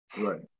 Right